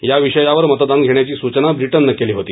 याविषयावर मतदान घेण्याची सूचना ब्रिटननं केली होती